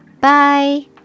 bye